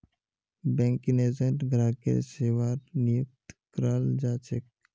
banking agent ग्राहकेर सेवार नियुक्त कराल जा छेक